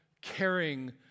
caring